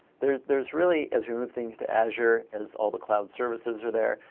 there's there's really as we move things to azure as all the cloud services are there,